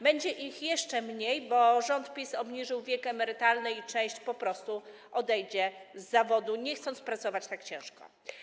Będzie ich jeszcze mniej, bo rząd PiS obniżył wiek emerytalny i część po prostu odejdzie z zawodu, nie chcąc pracować tak ciężko.